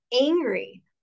angry